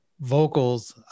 vocals